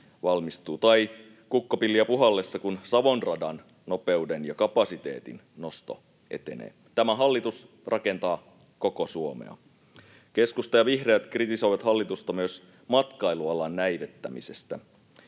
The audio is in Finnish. tai kukkopilliä puhallellessa, kun Savon radan nopeuden ja kapasiteetin nosto etenee. Tämä hallitus rakentaa koko Suomea. Keskusta ja vihreät kritisoivat hallitusta myös matkailualan näivettämisestä.